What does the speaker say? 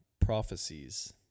prophecies